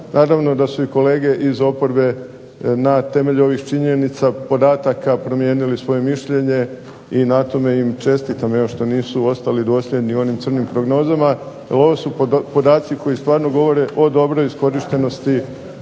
naravno da su i kolege iz oporbe na temelju ovih činjenica, podataka promijenili svoje mišljenje, i na tome im čestitam, evo što nisu ostali dosljedni onim crnim prognozama, jer ovo su podaci koji stvarno govore o dobroj iskorištenosti